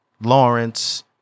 Lawrence